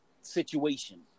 situation